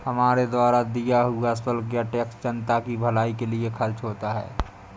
हमारे द्वारा दिया हुआ शुल्क या टैक्स जनता की भलाई के लिए खर्च होता है